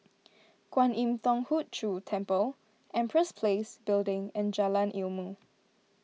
Kwan Im Thong Hood Cho Temple Empress Place Building and Jalan Ilmu